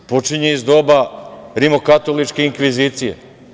Počinje iz doba rimokatoličke inkvizicije.